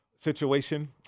situation